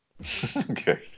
Okay